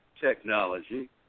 technology